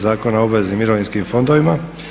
Zakona o obveznim mirovinskim fondovima.